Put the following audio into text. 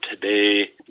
today